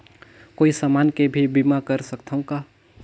कोई समान के भी बीमा कर सकथव का?